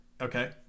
Okay